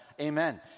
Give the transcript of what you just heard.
Amen